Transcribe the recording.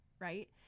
right